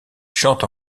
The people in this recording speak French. chante